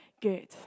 good